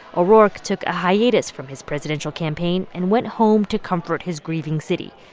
o'rourke took a hiatus from his presidential campaign and went home to comfort his grieving city.